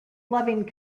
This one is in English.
loving